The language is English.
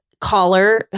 caller